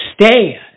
stand